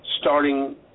starting